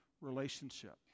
relationship